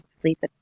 sleep